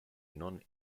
non